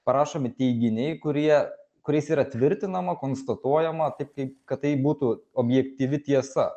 parašomi teiginiai kurie kuriais yra tvirtinama konstatuojama taip kai kad tai būtų objektyvi tiesa